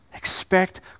Expect